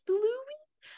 Bluey